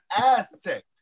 Aztec